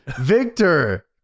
Victor